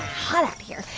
hot up here.